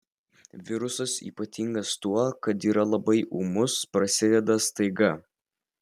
virusas ypatingas tuo kad yra labai ūmus prasideda staiga